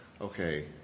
Okay